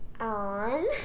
on